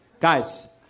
guys